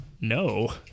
no